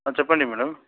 చెప్పండి మేడం